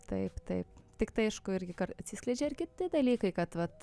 taip taip tiktai aišku irgi atsiskleidžia ir kiti dalykai kad vat